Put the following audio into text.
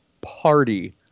party